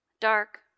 dark